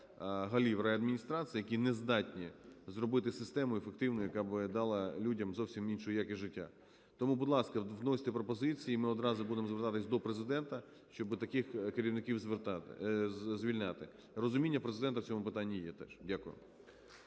голів райадміністрацій, які не здатні зробити систему ефективною, яка би дала людям зовсім іншу якість життя. Тому, будь ласка, вносьте пропозиції, ми відразу будемо звертатися до Президента, щоб таких керівників звільняти. Розуміння Президента в цьому питанні є. Так що дякую.